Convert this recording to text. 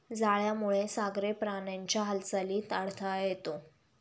जाळ्यामुळे सागरी प्राण्यांच्या हालचालीत अडथळा येतो